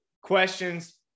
questions